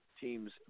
Teams